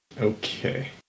Okay